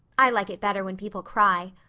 i like it better when people cry.